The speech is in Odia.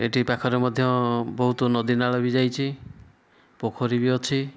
ଏଠି ପାଖରେ ମଧ୍ୟ ବହୁତ ନଦୀନାଳ ବି ଯାଇଛି ପୋଖରୀ ବି ଅଛି